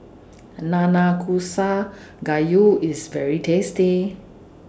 Nanakusa Gayu IS very tasty